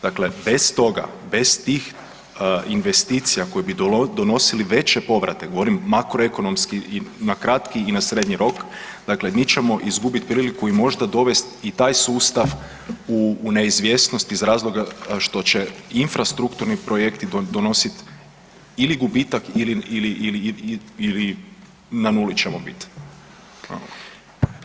Dakle, bez toga, bez tih investicija koje bi donosile veće povrate, govorim makroekonomski i na kratki i na srednji rok, dakle mi ćemo izgubiti priliku i možda dovesti i taj sustav u neizvjesnost iz razloga što će infrastrukturni projekti donositi ili gubitak ili na nuli ćemo biti.